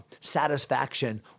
satisfaction